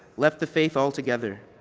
left the faith all together.